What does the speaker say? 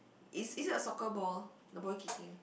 is is it a soccer ball the boy kicking